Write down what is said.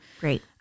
Great